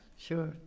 Sure